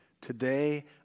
today